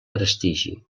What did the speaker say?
prestigi